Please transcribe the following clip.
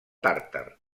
tàrtar